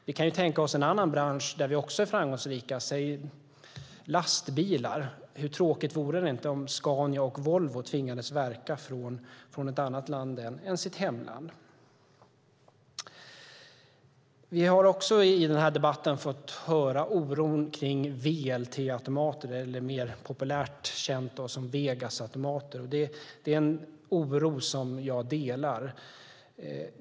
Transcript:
Vi kan tänka oss en annan bransch där vi också är framgångsrika, som lastbilsbranschen. Hur tråkigt vore det inte om Scania och Volvo tvingades verka från ett annat land än sitt hemland. I debatten har det talats om en oro för VLT-automater, eller Vegasautomater. Det är en oro som jag delar.